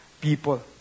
people